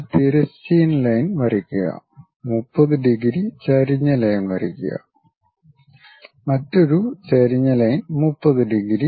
ഒരു തിരശ്ചീന ലൈൻ വരയ്ക്കുക 30 ഡിഗ്രി ചരിഞ്ഞ ലൈൻ വരയ്ക്കുക മറ്റൊരു ചരിഞ്ഞ ലൈൻ 30 ഡിഗ്രി